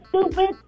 stupid